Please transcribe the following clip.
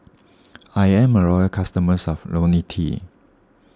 I am a loyal customer of Ionil T